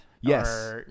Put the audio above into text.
Yes